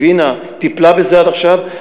היא טיפלה בזה עד עכשיו,